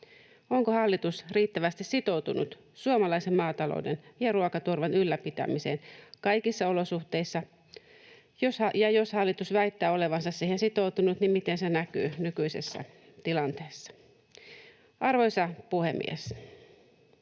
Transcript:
Onko hallitus riittävästi sitoutunut suomalaisen maatalouden ja ruokaturvan ylläpitämiseen kaikissa olosuhteissa? Ja jos hallitus väittää olevansa siihen sitoutunut, miten se näkyy nykyisessä tilanteessa? Arvoisa puhemies!